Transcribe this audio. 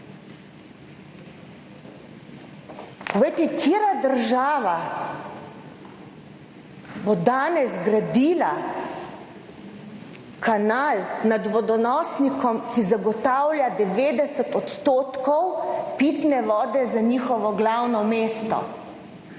katera država bo danes gradila kanal nad vodonosnikom, ki zagotavlja 90 % pitne vode za njihovo glavno mesto.